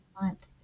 month